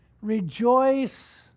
rejoice